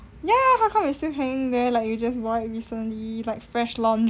ya how come it's still hanging there like you just wore it recently like fresh laundry